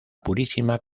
purísima